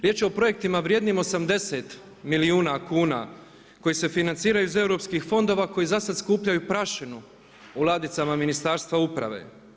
Riječ je o projektima vrijednim 80 milijuna kuna koje se financiraju iz europskih fondova koji zasad skupljaju prašinu u ladicama Ministarstva uprave.